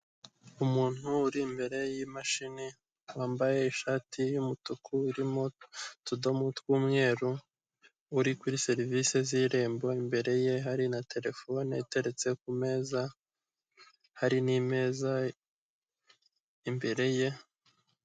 Umuntu uri imbere y'imashini, wambaye ishati y'umutuku irimo utudomo tw'umweru, uri kuri serivisi z'irembo. Imbere ye hari na terefone iteretse ku meza, hari nimeza imbere ye.